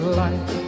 life